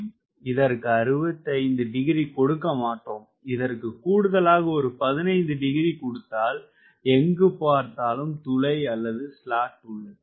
இதற்கு 65 டிகிரி கொடுக்கமாட்டோம் இதற்கு கூடுதலாக ஒரு 15 டிகிரி கொடுத்தால் எங்கு பார்த்தாலும் துளை அல்லது ஸ்லாட் உள்ளது